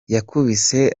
yakubise